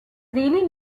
really